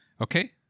Okay